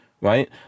Right